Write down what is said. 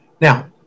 now